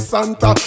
Santa